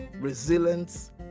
resilience